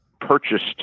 purchased